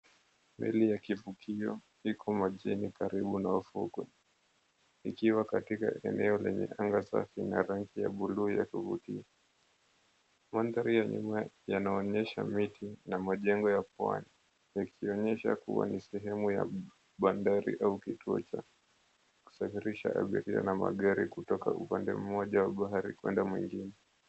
Meli ya kivukio iko majini karibu na ufukwe, ikiwa katika eneo lenye anga safi na rangi ya buluu ya kuvutia. Mandhari ya nyuma yanaonyesha miti na majengo ya pwani yakionyesha kuwa ni sehemu ya bandari au kituo cha kusafirisha abiria na magari kutoka upande mmoja wa bahari kwenda mwingine.